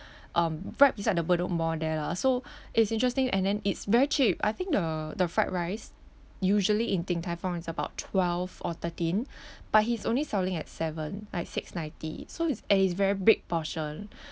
um right beside the bedok mall there lah so it's interesting and then it's very cheap I think the the fried rice usually in din tai fung is about twelve or thirteen but he's only selling at seven like six ninety so it's and it's very big portion